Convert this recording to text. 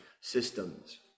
systems